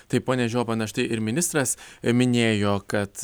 taip pone žioba na štai ir ministras minėjo kad